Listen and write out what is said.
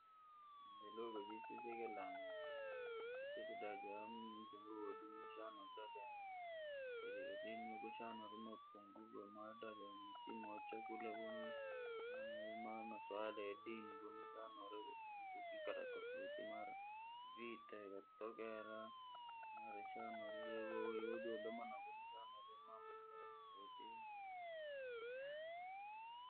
Jaluga jisu jakilangi, kwatite dajua jongovosi shana udada sirive, shana mapungufu jamsimu wa chakurya kuno, ma- masuala ya dini shanauri kukiikala tofauti mara, vita ikatokera, mara shanauri ujadoma noko ukashana mambo yare tofauti.